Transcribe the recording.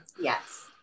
Yes